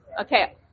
Okay